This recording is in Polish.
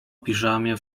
piżamie